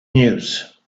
news